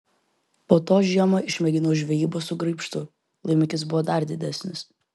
po to žiemą išmėginau žvejybą su graibštu laimikis buvo dar didesnis